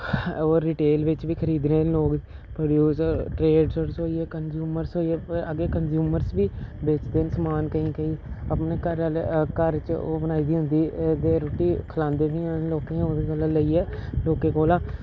होर रिटेल बिच्च बी खरीददे न लोग प्रोड्यूस ट्रेडर्स होई गे कंजूमयर्स होई गे अग्गें कंजूमयर्स बी बेचदे न समान केईं केईं अपने घरै आह्ले घर च ओह् बनाई दी होंदी ते रुट्टी खलांदे बी हैन लोकें दी ओह्दे कोला लेइयै लोकें कोला